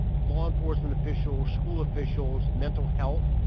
law enforcement officials, school officials, mental health,